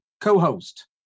co-host